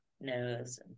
nose